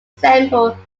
semple